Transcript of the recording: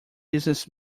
business